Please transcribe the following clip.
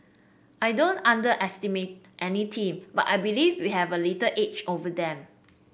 I don't underestimate any team but I believe we have a little edge over them